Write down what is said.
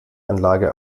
anlage